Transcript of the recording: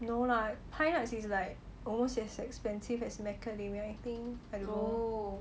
no lah pine nuts is like almost as expensive as macadamia I think I don't know